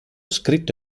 scritto